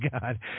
God